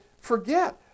forget